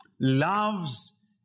loves